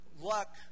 Luck